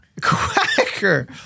quacker